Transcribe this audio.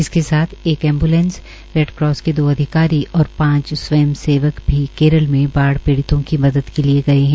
इसके साथ एक एम्ब्लैंस रैड क्रास के दो अधिकारी और पांच स्वयंसेवक भी केरल में बाढ़ पीड़ितों की मदद के लिए गए हैं